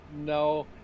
no